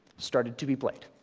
started to be played.